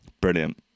Brilliant